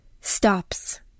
stops